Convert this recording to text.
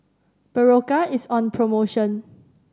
berocca is on promotion